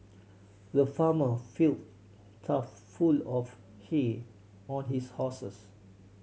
the farmer filled trough full of hay on his horses